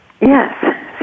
Yes